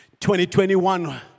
2021